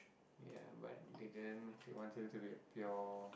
ya but they didn't they wanted to be pure